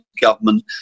government